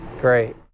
Great